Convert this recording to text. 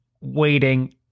waiting